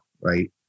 right